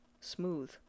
smooth